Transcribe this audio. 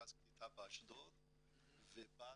למרכז קליטה באשדוד ובת